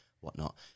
whatnot